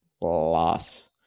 loss